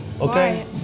okay